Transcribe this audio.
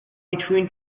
between